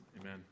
Amen